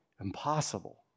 impossible